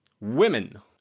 Women